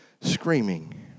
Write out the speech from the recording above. screaming